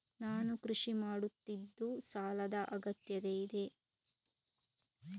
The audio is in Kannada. ನಾನು ಕೃಷಿ ಮಾಡುತ್ತಿದ್ದು ಸಾಲದ ಅಗತ್ಯತೆ ಇದೆ?